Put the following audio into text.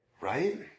right